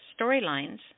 storylines